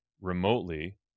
remotely